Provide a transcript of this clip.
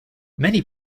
many